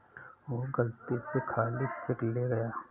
वो गलती से खाली चेक ले गया